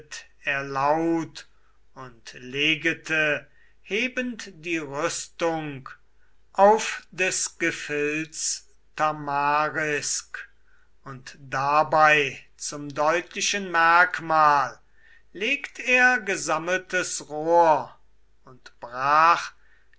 er laut und legete hebend die rüstung auf des gefilds tamarisk und dabei zum deutlichen merkmal legt er gesammeltes rohr und brach